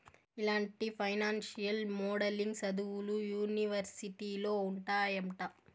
ఇలాంటి financial modelling సదువులు యూనివర్సిటీలో ఉంటాయంట